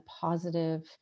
positive